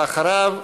ואחריו,